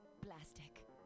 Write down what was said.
Plastic